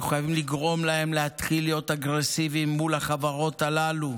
אנחנו חייבים לגרום להם להתחיל להיות אגרסיביים מול החברות הללו.